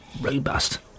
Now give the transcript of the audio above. robust